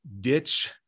Ditch